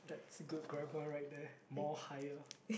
it's a good grammar right there more higher